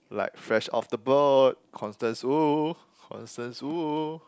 like Fresh Off the boat Constance Wu Constance Wu